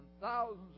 thousands